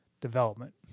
development